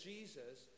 Jesus